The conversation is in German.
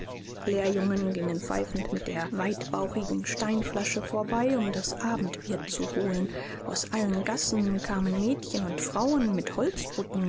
lehrjungen gingen pfeifend mit der weitbauchigen steinflasche vorbei um das abendbier zu holen aus allen gassen kamen mädchen und frauen mit holzbutten